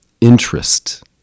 interest